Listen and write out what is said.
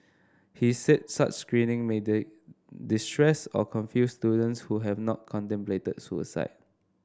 he said such screening may did distress or confuse students who have not contemplated suicide